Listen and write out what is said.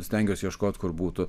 stengiasi ieškoti kur būtų